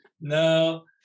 No